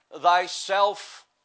thyself